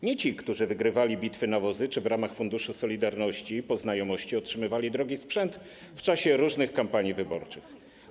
Nie ci, którzy wygrywali bitwy na wozy czy w ramach Funduszu Solidarności po znajomości otrzymywali drogi sprzęt w czasie różnych kampanii wyborczych.